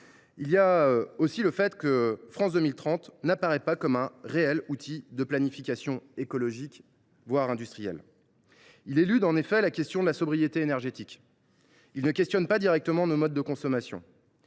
moi. Ensuite, le plan France 2030 n’apparaît pas comme un réel outil de planification écologique, voire industrielle. Il élude en effet la question de la sobriété énergétique ; il ne questionne pas directement nos modes de consommation